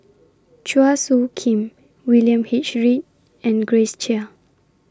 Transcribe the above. Chua Soo Khim William H Read and Grace Chia